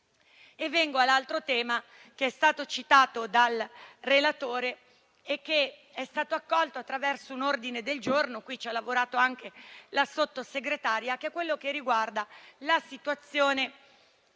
quindi sull'altro tema che è stato citato dal relatore e che è stato accolto attraverso un ordine del giorno cui ha lavorato anche la Sottosegretaria, che riguarda la situazione